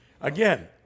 again